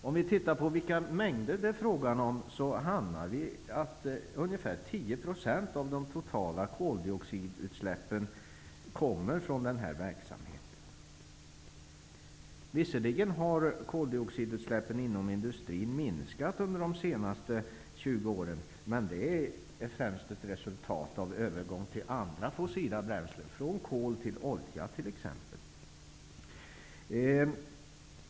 De mängder som det handlar om i denna verksamhet motsvarar ungefär 10 % av de totala koldioxidutsläppen. Visserligen har koldioxidutsläppen inom industrin minskat under de senaste 20 åren, men det är främst ett resultat av övergång till andra fossila bränslen, t.ex. från kol till olja.